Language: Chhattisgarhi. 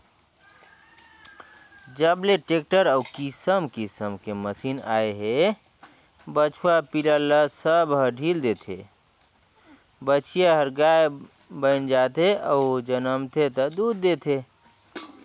जब ले टेक्टर अउ किसम किसम के मसीन आए हे बछवा पिला ल सब ह ढ़ील देथे, बछिया हर गाय बयन जाथे अउ जनमथे ता दूद देथे